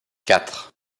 quatre